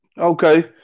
Okay